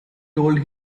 told